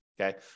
Okay